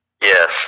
Yes